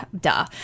duh